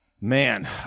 Man